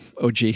OG